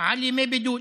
על ימי בידוד,